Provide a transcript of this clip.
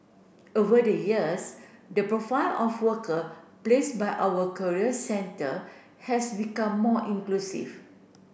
over the years the profile of worker placed by our career centre has become more inclusive